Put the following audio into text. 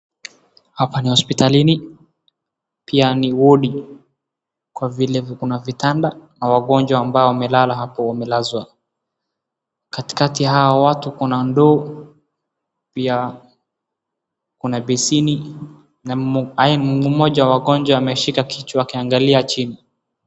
Hapa ni hosipitalini, pia ni wodi kwa vile kuna vitanda na wagonjwa ambao wamelazwa. Katikati ya hao watu kuna basin na mmoja wa hao wagonjwa ameshika kichwa akiangalia chini.